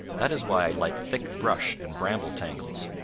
that is why i like thick brush and bramble-tangles.